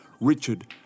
Richard